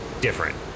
different